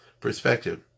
perspective